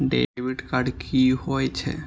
Debit card की होय छे?